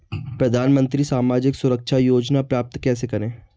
प्रधानमंत्री सामाजिक सुरक्षा योजना प्राप्त कैसे करें?